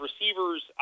receivers